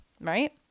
right